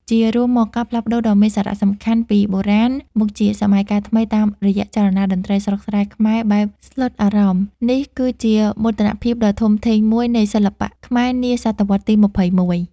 ជារួមមក ការផ្លាស់ប្តូរដ៏មានសារៈសំខាន់ពី បុរាណមកជាសម័យកាលថ្មីតាមរយៈចលនា តន្ត្រីស្រុកស្រែខ្មែរបែបស្លុតអារម្មណ៍នេះ គឺជាមោទនភាពដ៏ធំធេងមួយនៃសិល្បៈខ្មែរនាសតវត្សរ៍ទី ២១។